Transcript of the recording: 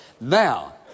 Now